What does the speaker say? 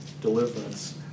deliverance